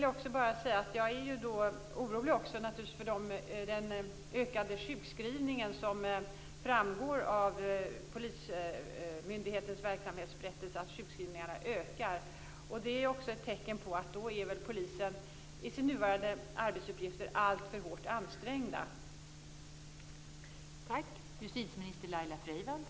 Jag är naturligtvis orolig också för den ökade sjukskrivningen. Det framgår ju av polismyndighetens verksamhetsberättelse att sjukskrivningarna ökar. Det är också ett tecken på att poliserna är alltför hårt ansträngda med sina nuvarande arbetsuppgifter.